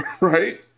right